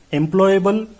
employable